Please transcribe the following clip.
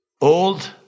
old